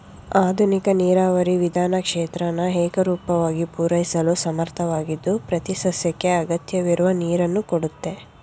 ಆಧುನಿಕ ನೀರಾವರಿ ವಿಧಾನ ಕ್ಷೇತ್ರನ ಏಕರೂಪವಾಗಿ ಪೂರೈಸಲು ಸಮರ್ಥವಾಗಿದ್ದು ಪ್ರತಿಸಸ್ಯಕ್ಕೆ ಅಗತ್ಯವಿರುವ ನೀರನ್ನು ಕೊಡುತ್ತೆ